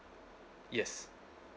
yes